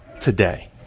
today